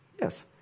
Yes